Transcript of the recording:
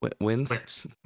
wins